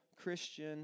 Christian